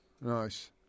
Nice